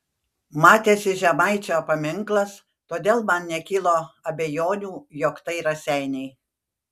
matėsi žemaičio paminklas todėl man nekilo abejonių jog tai raseiniai